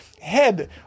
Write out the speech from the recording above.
head